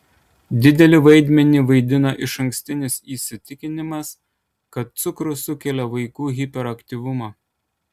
didelį vaidmenį vaidina išankstinis įsitikinimas kad cukrus sukelia vaikų hiperaktyvumą